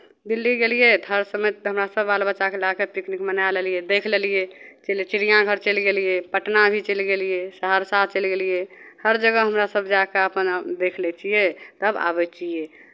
दिल्ली गेलियै तऽ हर समय हमरा सभ बालबच्चाकेँ लए कऽ पिकनिक मना लेलियै देखि लेलियै चिड़ियाँ घर चलि गेलियै पटना भी चलि गेलियै सहरसा चलि गेलियै हर जगह हमरासभ जा कऽ अपन देखि लै छियै तब आबै छियै